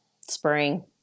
spring